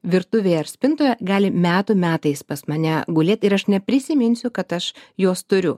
virtuvėje ar spintoje gali metų metais pas mane gulėt ir aš neprisiminsiu kad aš juos turiu